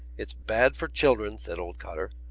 it's bad for children, said old cotter,